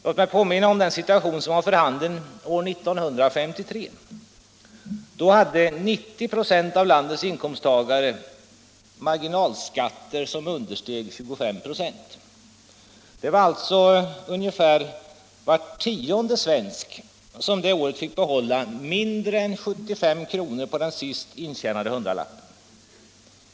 Låt mig påminna om den situation som var för handen år 1953. Då hade 90 946 av landets inkomsttagare marginalskatter som understeg 25 26. Det var alltså ungefär var tionde svensk som det året fick behålla mindre än 75 kr. av den senast intjänade hundralappen.